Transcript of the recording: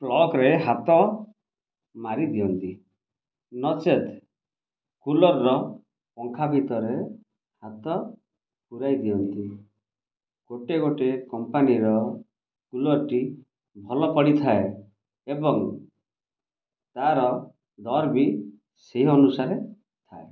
ପ୍ଲଗ୍ରେ ହାତ ମାରିଦିଅନ୍ତି ନଚେତ୍ କୁଲର୍ର ପଙ୍ଖା ଭିତରେ ହାତ ପୂରାଇଦିଅନ୍ତି ଗୋଟେ ଗୋଟେ କମ୍ପାନୀର କୁଲର୍ଟି ଭଲ ପଡ଼ିଥାଏ ଏବଂ ତା'ର ଦର ବି ସେଇ ଅନୁସାରେ ଥାଏ